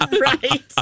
Right